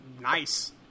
nice